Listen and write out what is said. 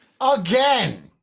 Again